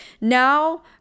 Now